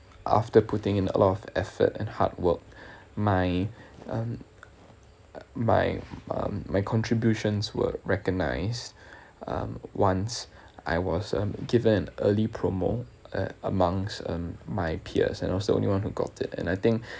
after putting in a lot of effort and hard work my um my um my contributions were recognised um once I was um given an early promo a~ amongst uh my peers and I was the only one who got it and I think